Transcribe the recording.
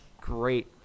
great